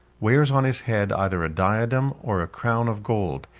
wears on his head either a diadem, or a crown of gold,